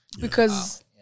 Because-